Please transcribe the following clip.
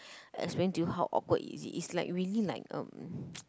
explain to you how awkward is it it's like really like um